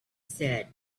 said